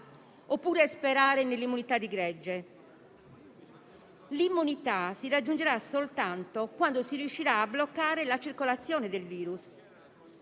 oppure sperare nell'immunità di gregge? L'immunità si raggiungerà soltanto quando si riuscirà a bloccare la circolazione del virus.